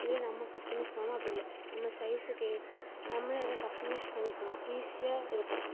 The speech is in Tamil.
இதுவே நம்ம கஸ்டமைஸ் பண்ணோம்னால் அப்படி இல்லை நம்ம சைஸுக்கு ஏற்ப நம்மளே அதை கஸ்டமைஸ் பண்ணிக்கலாம் ஈஸியாக இருக்கும்